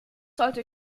sollte